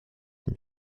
from